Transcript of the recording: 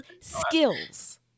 skills